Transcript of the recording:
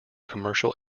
commercial